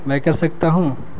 میں کر سکتا ہوں